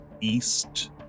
east